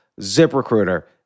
ZipRecruiter